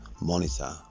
monitor